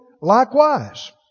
likewise